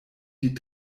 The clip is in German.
die